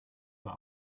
war